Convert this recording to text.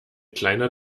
kleiner